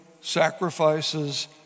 sacrifices